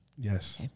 Yes